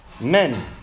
men